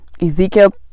Ezekiel